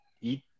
eat